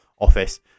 office